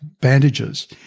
bandages